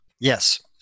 Yes